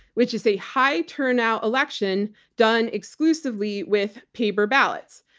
which is a high turnout election done exclusively with paper ballots.